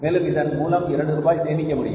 மேலும் இதன் மூலம் இரண்டு ரூபாய் சேமிக்க முடியும்